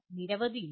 നിരവധിയുണ്ട്